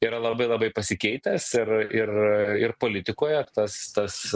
yra labai labai pasikeitęs ir ir ir politikoje tas tas